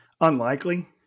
unlikely